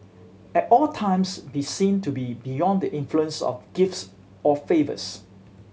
at all times be seen to be beyond the influence of gifts or favours